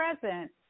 present